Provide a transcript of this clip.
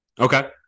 Okay